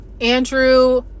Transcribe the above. Andrew